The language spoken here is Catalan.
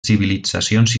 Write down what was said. civilitzacions